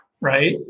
right